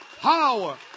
power